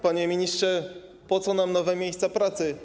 Panie ministrze, po co nam nowe miejsca pracy?